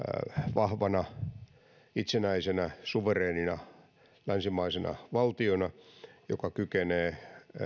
vahvana itsenäisenä suvereenina länsimaisena valtiona joka kykenee